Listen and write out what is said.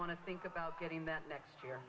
want to think about getting that next year